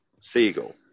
Seagull